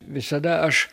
visada aš